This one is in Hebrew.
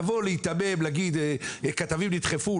לבוא להיתמם ולהגיד: כתבים נדחפו,